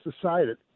decided